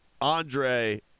Andre